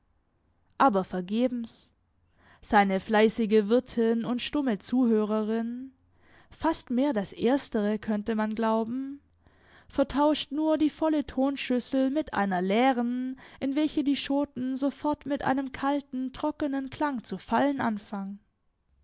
aber vergebens seine fleißige wirtin und stumme zuhörerin fast mehr das erstere könnte man glauben vertauscht nur die volle tonschüssel mit einer leeren in welche die schoten sofort mit einem kalten trockenen klang zu fallen anfangen